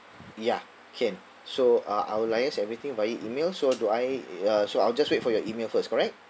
ya can so uh I will liaise everything via email so do I uh so I'll just wait for your email first correct